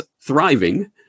thriving